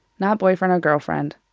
not boyfriend or girlfriend.